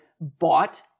bought